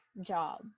job